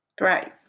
Right